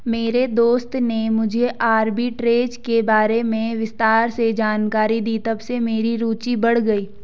मेरे दोस्त ने मुझे आरबी ट्रेज़ के बारे में विस्तार से जानकारी दी तबसे मेरी रूचि बढ़ गयी